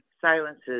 silences